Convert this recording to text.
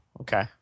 Okay